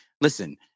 Listen